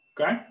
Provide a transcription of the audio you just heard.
okay